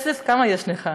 כמה יש לך?